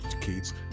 kids